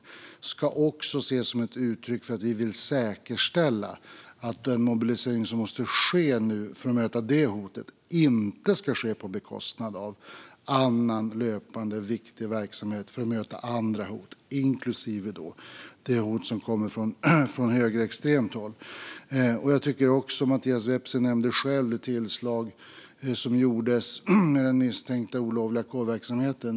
Det ska också ses som ett uttryck för att vi vill säkerställa att den mobilisering som nu måste ske för att möta detta hot inte ska ske på bekostnad av annan löpande viktig verksamhet för att möta andra hot, inklusive det hot som kommer från högerextremt håll. Mattias Vepsä nämnde själv det tillslag som gjordes mot den misstänkta olovliga kårverksamheten.